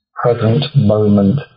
present-moment